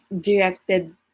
directed